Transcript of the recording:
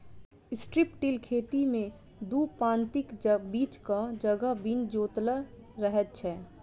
strip till खेती मे दू पाँतीक बीचक जगह बिन जोतल रहैत छै